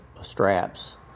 straps